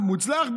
מוצלח,